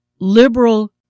liberal